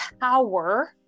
power